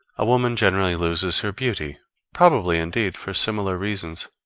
a woman generally loses her beauty probably, indeed, for similar reasons.